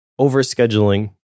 overscheduling